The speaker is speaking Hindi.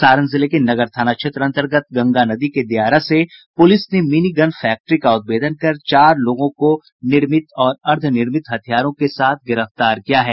सारण जिले के नगर थाना क्षेत्र अंतर्गत गंगा नदी के दियारा से पुलिस ने मिनीगन फैक्ट्री का उद्भेदन कर चार लोगों को निर्मित और अर्द्वनिर्मित हथियारों के साथ गिरफ्तार किया है